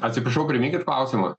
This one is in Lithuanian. atsiprašau priminkit klausimą